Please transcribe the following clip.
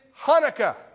Hanukkah